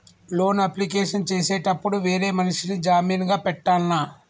Loan application చేసేటప్పుడు వేరే మనిషిని జామీన్ గా పెట్టాల్నా?